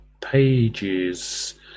pages